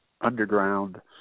underground